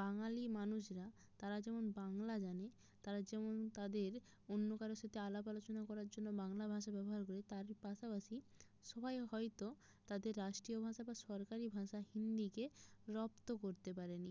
বাঙালি মানুষরা তারা যেমন বাংলা জানে তারা যেমন তাদের অন্য কারো সাথে আলাপ আলোচনা করার জন্য বাংলা ভাষা ব্যবহার করে তার পাশাপাশি সবাই হয়তো তাদের রাষ্ট্রীয় ভাষা বা সরকারি ভাষা হিন্দিকে রপ্ত করতে পারেনি